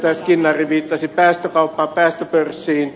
skinnari viittasi päästökauppaan päästöpörssiin